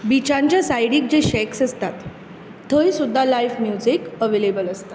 बिचांच्या सायडीक जे शेक्स आसतात थंय सुद्दां लायव्ह म्युजीक अवेलेबल आसता